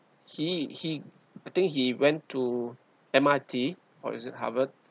he he I think he went to M_I_T or is it harvard